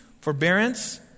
forbearance